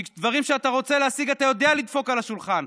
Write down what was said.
כי בדברים שאתה רוצה להשיג אתה יודע לדפוק על השולחן.